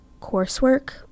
coursework